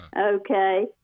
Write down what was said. Okay